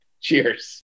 Cheers